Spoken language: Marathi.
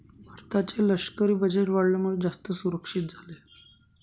भारताचे लष्करी बजेट वाढल्यामुळे, जास्त सुरक्षित झाले आहे